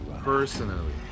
personally